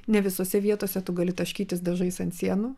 ne visose vietose tu gali taškytis dažais ant sienų